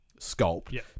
sculpt